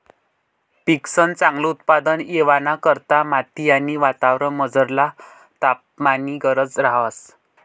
पिकंसन चांगल उत्पादन येवाना करता माती आणि वातावरणमझरला तापमाननी गरज रहास